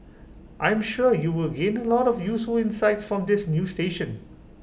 I am sure you will gain A lot of useful insights from this new station